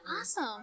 Awesome